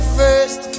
first